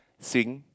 sing